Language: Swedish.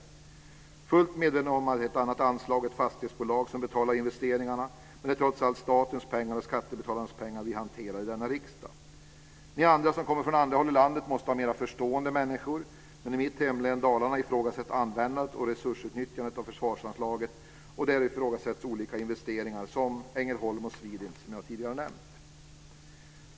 Jag är fullt medveten om att det är ett annat anslag och att det är ett fastighetsbolag som betalar investeringarna, men det är trots allt statens och skattebetalarnas pengar som vi hanterar i denna riksdag. Ni som kommer från andra håll i landet måste mötas av mer förstående människor, men i mitt hemlän Dalarna ifrågasätts användandet och resursutnyttjandet av försvarsanslaget. Man ifrågasätter olika investeringar som Ängelholm och Swedint, som jag tidigare har nämnt.